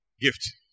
gift